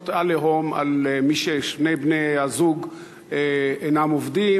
"עליהום" על מי שמקבל כששני בני-הזוג אינם עובדים,